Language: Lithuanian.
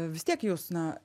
vis tiek jūs na